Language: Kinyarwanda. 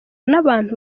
n’abantu